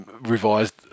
revised